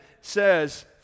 says